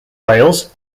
wales